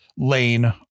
lane